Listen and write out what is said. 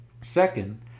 Second